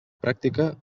pràctica